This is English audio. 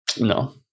no